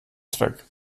zweck